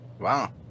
Wow